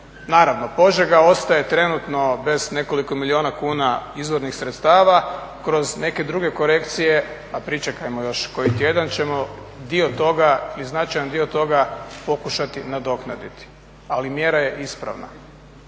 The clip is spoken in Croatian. Naravno, Požega ostaje trenutno bez nekoliko milijuna kuna izvornih sredstava, kroz neke druge korekcije, a pričekajmo još koji tjedan ćemo dio toga i značajan dio toga pokušati nadoknaditi, ali mjera je ispravna.